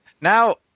Now